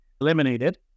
eliminated